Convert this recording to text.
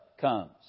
comes